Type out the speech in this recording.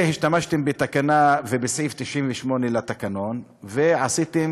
השתמשתם בתקנה ובסעיף 98 לתקנון ועשיתם